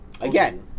again